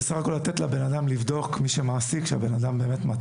זה בסך הכל כדי לתת לבן אדם לבדוק שמי שהוא מעסיק הוא אדם מתאים,